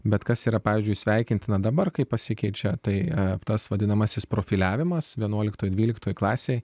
bet kas yra pavyzdžiui sveikintina dabar kai pasikeičia tai tas vadinamasis profiliavimas vienuoliktoj dvyliktoj klasėj